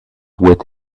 with